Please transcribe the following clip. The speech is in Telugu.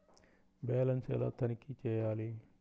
బ్యాలెన్స్ ఎలా తనిఖీ చేయాలి?